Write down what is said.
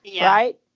Right